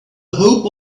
hope